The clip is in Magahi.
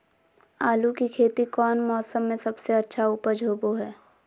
आलू की खेती कौन मौसम में सबसे अच्छा उपज होबो हय?